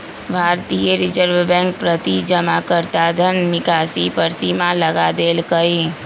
भारतीय Reserve Bank प्रति जमाकर्ता धन निकासी पर सीमा लगा देलकइ